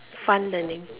fun learning